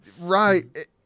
Right